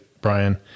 Brian